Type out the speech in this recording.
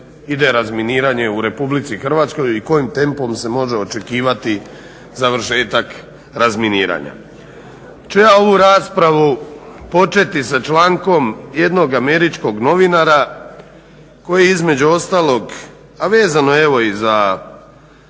ide razminiranje u RH i kojim tempom se može očekivati završetak razminiranja. Pa ću ja ovu raspravu početi sa člankom jednog američkog novinara koji između ostalog, a vezano evo i za